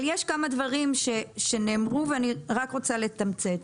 יש כמה דברים שנאמרו ואני רק רוצה לתמצת.